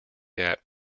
gap